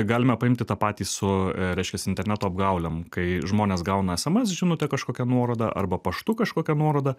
galime paimti tą patį su reiškias interneto apgaulėm kai žmonės gauna sms žinutę kažkokią nuorodą arba paštu kažkokią nuorodą